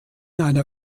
einer